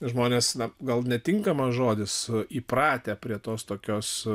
žmonės na gal netinkamas žodis įpratę prie tos tokios